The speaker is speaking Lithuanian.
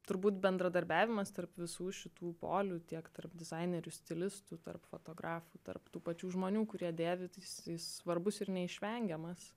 turbūt bendradarbiavimas tarp visų šitų polių tiek tarp dizainerių stilistų tarp fotografų tarp tų pačių žmonių kurie dėvi tai svarbus ir neišvengiamas